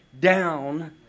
down